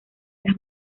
las